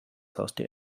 haustier